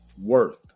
worth